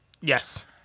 Yes